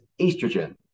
estrogen